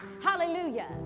Hallelujah